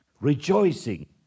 rejoicing